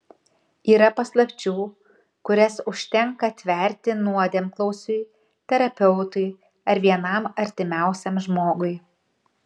yra paslapčių kurias užtenka atverti nuodėmklausiui terapeutui ar vienam artimiausiam žmogui